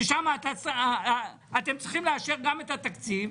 כששם אתם צריכים לאשר גם את התקציב,